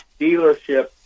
dealership